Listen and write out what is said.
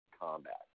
combat